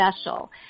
special